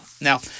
Now